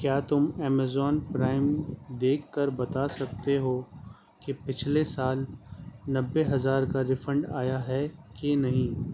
کیا تم Amazon Prime دیکھ کر بتا سکتے ہو کہ پچھلے سال نبے ہزار کا ریفنڈ آیا ہے کہ نہیں